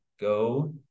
go